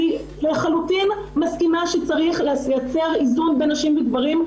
אני לחלוטין מסכימה שצריך לייצר איזון בין נשים וגברים,